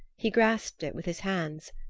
he grasped it with his hands.